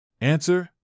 Answer